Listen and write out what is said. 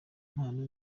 mpano